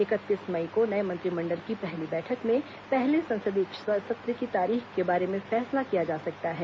इकतीस मई को नये मंत्रिमण्डल की पहली बैठक में पहले संसदीय सत्र की तारीख के बारे में फैसला किया जा सकता है